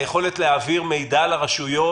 היכולת להעביר מידע לרשויות.